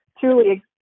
truly